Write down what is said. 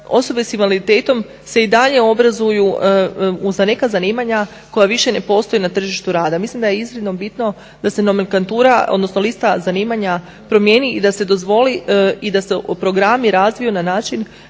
osobe s invaliditetom se i dalje obrazuju za neka zanimanja koja više ne postoje na tržištu rada. Mislim da je iznimno biti da se nomenklatura odnosno lista zanimanja promijeni i da se programi razviju na način